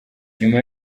nyuma